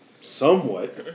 somewhat